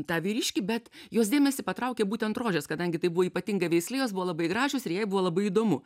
tą vyriškį bet jos dėmesį patraukė būtent rožės kadangi tai buvo ypatinga veislė jos buvo labai gražios ir jai buvo labai įdomu